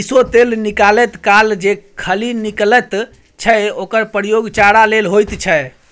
सरिसों तेल निकालैत काल जे खली निकलैत छै ओकर प्रयोग चारा लेल होइत छै